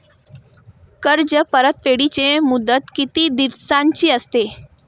कर्ज परतफेडीची मुदत किती दिवसांची असते?